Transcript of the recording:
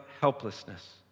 helplessness